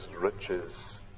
riches